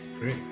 great